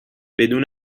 بدون